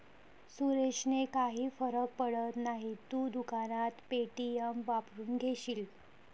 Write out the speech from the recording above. सुरेशने काही फरक पडत नाही, तू दुकानात पे.टी.एम वापरून घेशील